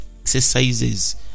exercises